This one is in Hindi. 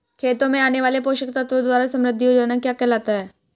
खेतों में आने वाले पोषक तत्वों द्वारा समृद्धि हो जाना क्या कहलाता है?